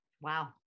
Wow